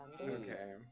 Okay